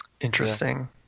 Interesting